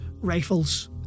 rifles